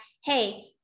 Hey